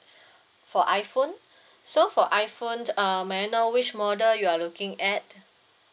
for iphone so for iphone uh may I know which model you are looking at